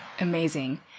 Amazing